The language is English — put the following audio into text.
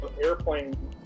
airplane